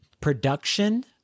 production